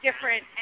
different